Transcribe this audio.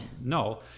No